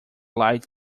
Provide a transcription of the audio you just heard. light